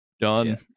done